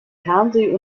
fernseh